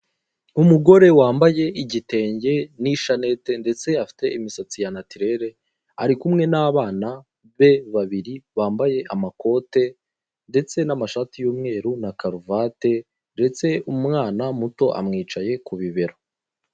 Umugore wambaye igitenge n'ishanete ndetse afite imisatsi ta natirere, ari kumwe n'abana be babiri bambaye amakote ndetse n'amashati y'umweru ka karuvate, ndetse umwana we muto amwicaye ku bibero.